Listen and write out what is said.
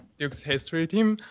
duke's history team.